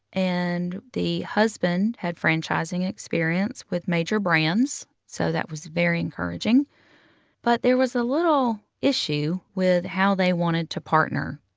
and the husband had franchising experience with major brands, so that was very encouraging but there was a little issue with how they wanted to partner.